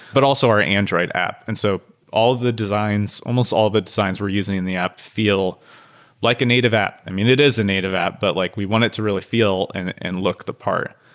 but also our android app. and so all the designs almost all the designs we're using in the app feel like a native app. i mean, it is a native app, but like we want it to really feel and and look the part.